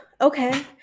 Okay